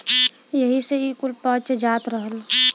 एही से ई कुल पच जात रहल